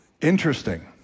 Interesting